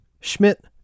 Schmidt